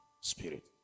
spirit